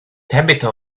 tabitha